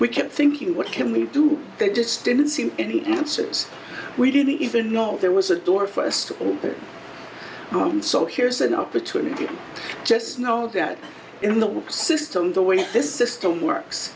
we kept thinking what can we do they just didn't seem any answers we didn't even know there was a door for us to open so here's an opportunity just know that in the system the way this system works